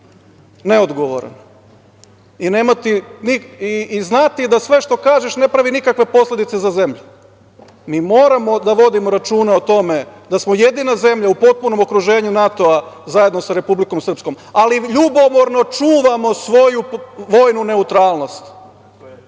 neodgovoran i znati da sve što kažeš ne pravi nikakve posledice za zemlju. Mi moramo da vodimo računa o tome da smo jedina zemlja u potpunom okruženju NATO-a, zajedno sa Republikom Srpskom, ali ljubomorno čuvamo svoju vojnu neutralnost.